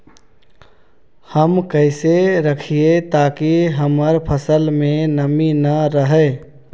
हम कैसे रखिये ताकी हमर फ़सल में नमी न रहै?